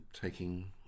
taking